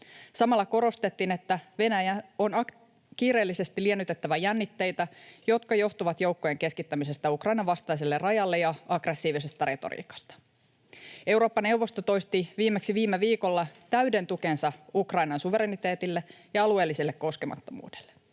Samalla korostettiin, että Venäjän on kiireellisesti liennytettävä jännitteitä, jotka johtuvat joukkojen keskittämisestä Ukrainan vastaiselle rajalle ja aggressiivisesta retoriikasta. Eurooppa-neuvosto toisti viimeksi viime viikolla täyden tukensa Ukrainan suvereniteetille ja alueelliselle koskemattomuudelle.